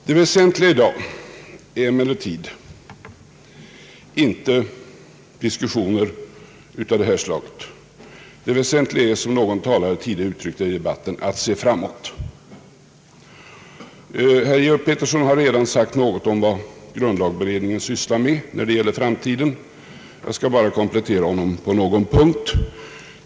Det väsentliga i dag är emellertid inte diskussioner av detta slag. Det väsentliga är, som någon talare tidigare i debatten uttryckt det, att se framåt. Herr Georg Pettersson har sagt något om vad grundlagberedningen sysslar med när det gäller framtiden. Jag skall bara komplettera honom på någon punkt.